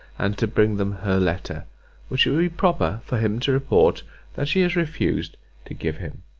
and to bring them her letter which it will be proper for him to report that she has refused to give him.